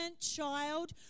child